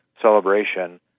celebration